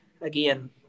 again